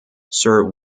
sir